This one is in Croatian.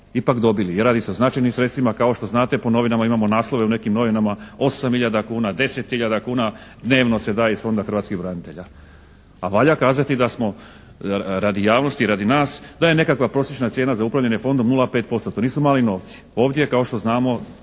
ipak dobili jer radi se o značajnim sredstvima. Kao što znate, po novinama imamo naslove, u nekim novinama 8 hiljada kuna, 10 hiljada kuna dnevno se daje iz Fonda hrvatskih branitelja. Pa valja kazati da smo radi javnosti, radi nas, da je nekakva prosječna cijena za upravljanje fondom 0,5%. To nisu mali novci. Ovdje je kao što znamo